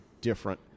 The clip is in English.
different